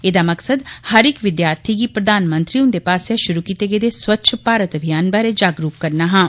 एहदा मकसद हर इक विद्यार्थी गी प्रधानमंत्री हुंदे पास्सेआ शुरू कीते गेदे स्वच्छ भारत अभियान बारे जागरूक करना हा